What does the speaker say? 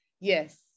yes